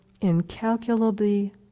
incalculably